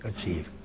achieve